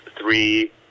three